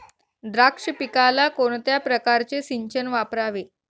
द्राक्ष पिकाला कोणत्या प्रकारचे सिंचन वापरावे?